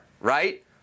right